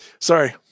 Sorry